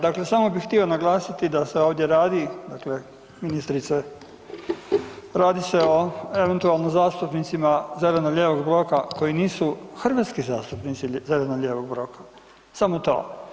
Dakle samo bih htio naglasiti da se ovdje radi dakle ministrice radi se o eventualno zastupnicima zeleno-lijevog bloka koji nisu hrvatski zastupnici zeleno-lijevog bloka, samo to.